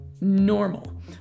Normal